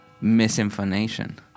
Misinformation